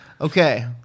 Okay